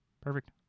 Perfect